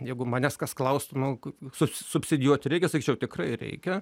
jeigu manęs kas klaustų nu k su subsidijuoti reikia sakyčiau tikrai reikia